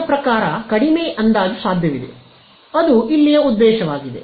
ನನ್ನ ಪ್ರಕಾರ ಕಡಿಮೆ ಅಂದಾಜು ಸಾಧ್ಯವಿದೆ ಅದು ಇಲ್ಲಿಯ ಉದ್ದೇಶವಾಗಿದೆ